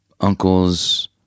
uncles